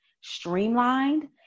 streamlined